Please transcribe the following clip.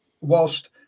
whilst